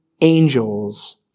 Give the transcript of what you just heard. angels